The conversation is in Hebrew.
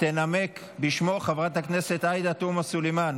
תנמק בשמו חברת הכנסת עאידה תומא סלימאן,